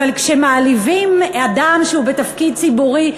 אבל כשמעליבים אדם שהוא בתפקיד ציבורי,